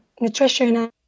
nutrition